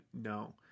no